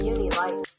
Unilife